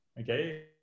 okay